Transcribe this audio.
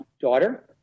daughter